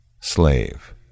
Slave